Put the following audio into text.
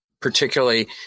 particularly